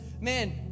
Man